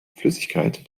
flüssigkeit